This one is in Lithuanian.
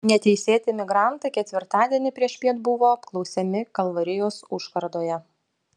neteisėti migrantai ketvirtadienį priešpiet buvo apklausiami kalvarijos užkardoje